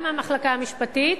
גם מהמחלקה המשפטית.